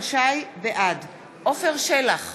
בעד עפר שלח,